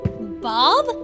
Bob